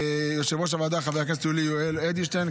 ליושב-ראש הוועדה חבר הכנסת יולי יואל אדלשטיין,